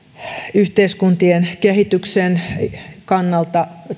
yhteiskuntien kehityksen kannalta